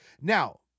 now